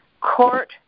court